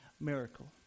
miracle